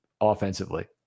offensively